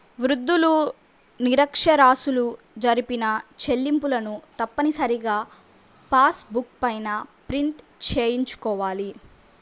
వృద్ధులు, నిరక్ష్యరాస్యులు జరిపిన చెల్లింపులను తప్పనిసరిగా పాస్ బుక్ పైన ప్రింట్ చేయించుకోవాలి